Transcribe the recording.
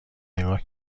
نگاه